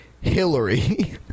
Hillary